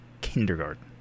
kindergarten